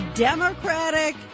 Democratic